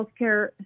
healthcare